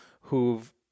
who've